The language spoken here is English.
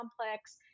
complex